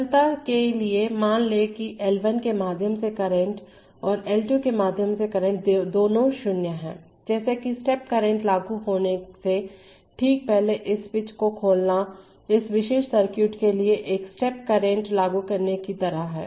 सरलता के लिए मान लें कि L1 के माध्यम से करंट और L 2 के माध्यम से करंट दोनों 0 हैं जैसे कि स्टेप करंट लागू होने से ठीक पहले इस स्विच को खोलना इस विशेष सर्किट के लिए एक स्टेप करंट लागू करने की तरह है